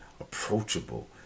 approachable